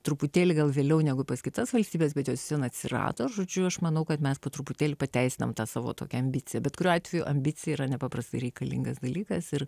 truputėlį gal vėliau negu pas kitas valstybes bet jos vis vien atsirado žodžiu aš manau kad mes po truputėlį pateisinam tą savo tokią ambiciją bet kuriuo atveju ambicija yra nepaprastai reikalingas dalykas ir